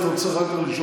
אם אתה רוצה אחר כך.